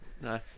No